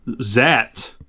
Zat